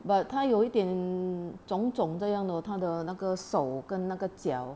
but 她有一点肿肿这样的她的那个手跟那个脚